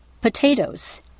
potatoes